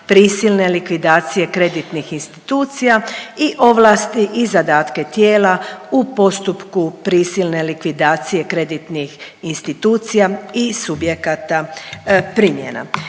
prisilne likvidacije kreditnih institucija i ovlasti i zadatke tijela u postupku prisilne likvidacije kreditnih institucija i subjekata primjena.